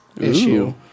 issue